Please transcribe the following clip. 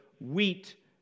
wheat